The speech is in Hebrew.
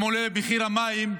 ואם עולה מחיר המים,